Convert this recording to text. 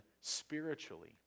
spiritually